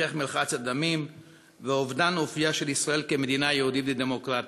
המשך מרחץ הדמים ואובדן אופייה של ישראל כמדינה יהודית ודמוקרטית.